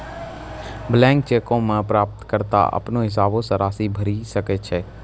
blank चेको मे प्राप्तकर्ता अपनो हिसाबो से राशि भरि सकै छै